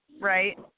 right